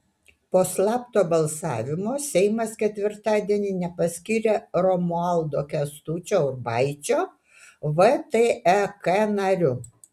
po slapto balsavimo seimas ketvirtadienį nepaskyrė romualdo kęstučio urbaičio vtek nariu